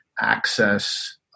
access